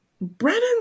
Brennan